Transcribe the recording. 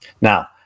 Now